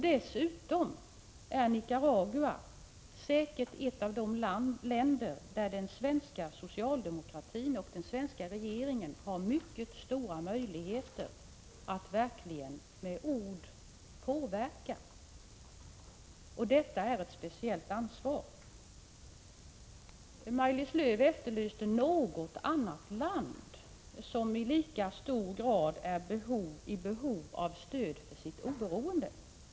Dessutom är Nicaragua säkerligen ett av de länder där den svenska socialdemokratin och den svenska regeringen har mycket stora möjligheter att med ord verkligen påverka, och detta är ett speciellt ansvar. Maj-Lis Lööw efterlyste något annat land som i lika hög grad är i behov av stöd för sitt oberoende.